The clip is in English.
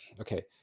okay